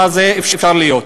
מה זה יכול להיות?